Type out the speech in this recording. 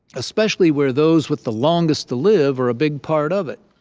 especially where those with the longest to live are a big part of it.